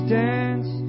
dance